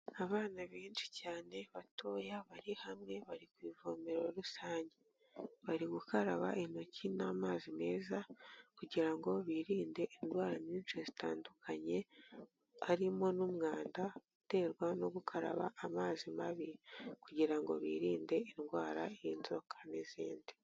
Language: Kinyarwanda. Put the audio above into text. Abana benshi cyane batoya bari hamwe bari ku ivomero rusange, bari gukaraba intoki n'amazi meza kugira ngo birinde indwara nyinshi zitandukanye, harimo n'umwanda uterwa no gukaraba amazi mabi kugira ngo birinde indwara y'inzoka n'izindi.